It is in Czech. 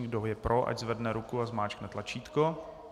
Kdo je pro, ať zvedne ruku a zmáčkne tlačítko.